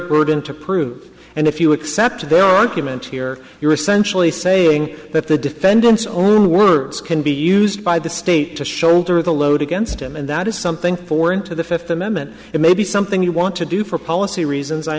burden to prove and if you accept their argument here you're essentially saying that the defendant's own words can be used by the state to shoulder the load against him and that is something for him to the fifth amendment it may be something you want to do for policy reasons i